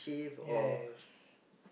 yes